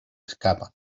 escapan